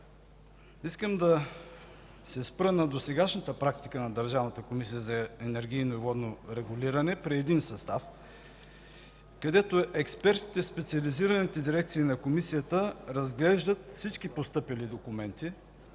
Искам да се спра на досегашната практика на Държавната комисия за енергийно и водно регулиране при един състав, където експертите в специализираните дирекции на Комисията разглеждат всички постъпили документи